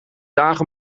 dagen